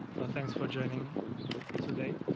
but thanks for joining today,